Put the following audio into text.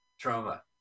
trauma